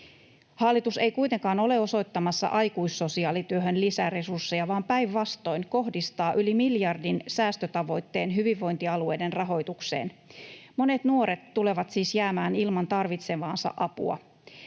Hallitus ei kuitenkaan ole osoittamassa aikuissosiaalityöhön lisäresursseja vaan päinvastoin kohdistaa yli miljardin säästötavoitteen hyvinvointialueiden rahoitukseen. Monet nuoret tulevat siis jäämään ilman tarvitsemaansa apua,